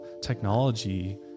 technology